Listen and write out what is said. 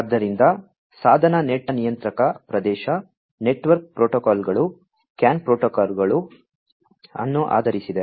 ಆದ್ದರಿಂದ ಸಾಧನ ನೆಟ್ ಪ್ರಮಾಣಿತ ನಿಯಂತ್ರಕ ಪ್ರದೇಶ ನೆಟ್ವರ್ಕ್ ಪ್ರೋಟೋಕಾಲ್ಗಳು CAN ಪ್ರೋಟೋಕಾಲ್ ಅನ್ನು ಆಧರಿಸಿದೆ